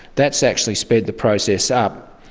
that's actually sped the process up,